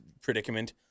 predicament